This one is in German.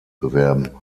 bewerben